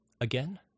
Again